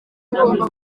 ugomba